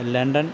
London